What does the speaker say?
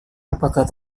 apakah